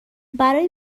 برای